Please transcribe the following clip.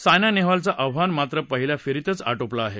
सायना नेहवालचं आव्हान मात्र पहिल्या फेरीतच आटोपलं आहे